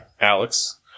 Alex